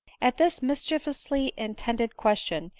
at this mischievously-intended question,